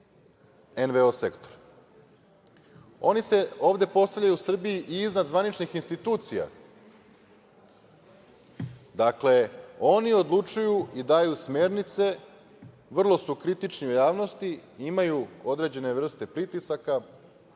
NVO sektor. Oni se ovde postavljaju u Srbiji i iznad zvaničnih institucija, oni odlučuju i daju smernice, vrlo su kritični u javnosti, imaju određene vrste pritisaka